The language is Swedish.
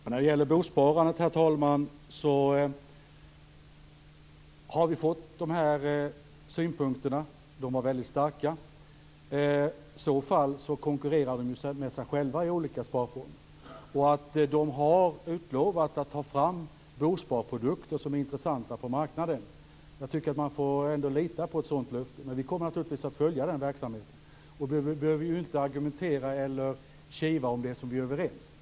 Herr talman! När det gäller bosparandet har vi fått de synpunkter som jag nämnde. De var väldigt starka. Aktörerna konkurrerar ju också med sig själva i olika sparformer. De har utlovat att ta fram bosparprodukter som är intressanta på marknaden. Jag tycker att man skall lita på ett sådant löfte. Men vi kommer naturligtvis att följa verksamheten. Vi behöver ju inte här argumentera och kivas om det som vi är överens om.